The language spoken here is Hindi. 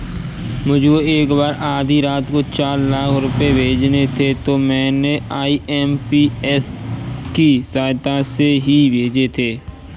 मुझको एक बार आधी रात को चार लाख रुपए भेजने थे तो मैंने आई.एम.पी.एस की सहायता से ही भेजे थे